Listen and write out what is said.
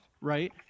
right